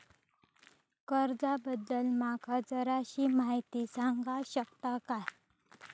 कर्जा बद्दल माका जराशी माहिती सांगा शकता काय?